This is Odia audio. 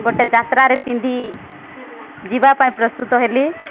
ଗୋଟେ ଯାତ୍ରାରେ ପିନ୍ଧି ଯିବା ପାଇଁ ପ୍ରସ୍ତୁତ ହେଲି